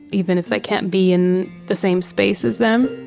even if they can't be in the same space as them.